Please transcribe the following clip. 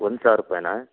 ಒಂದು ಸಾವಿರ ರೂಪಾಯಿನಾ